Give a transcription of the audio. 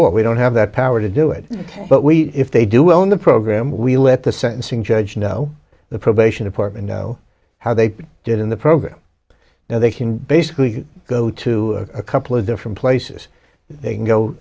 all we don't have the power to do it but we if they do well in the program we let the sentencing judge know the probation department know how they did in the program now they can basically go to a couple of different places they can go